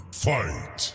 fight